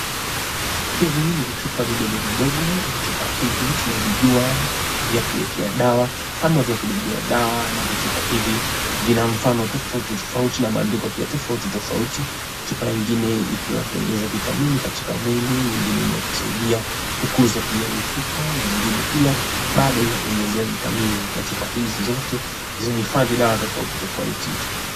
Hivi ni vichupa vidogo vidogo, vichupa hivi tunavijua vya kuwekea dawa ama vya kubebea dawa na vichupa hivi vina mfano tofauti tofauti na maandiko pia tofauti tofauti. Chupa ingine ipo ya kuongeza vitamini katika mwili, ingine ni ya kusaidia kukuza pia mifupa na ingine pia bado ya kuongezea vitamini na chupa hizi zote zinahifadhi dawa tofauti tofauti.